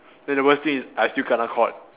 then the worst thing is I still kena caught